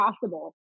possible